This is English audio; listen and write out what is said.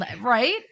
right